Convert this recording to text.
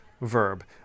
verb